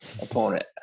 opponent